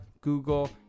Google